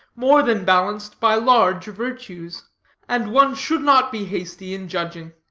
more than balanced by large virtues and one should not be hasty in judging.